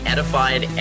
Edified